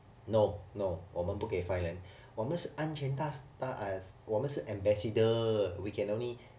no no 我们不给 fine 的我们是安全大 uh 大我们是 ambassador we can only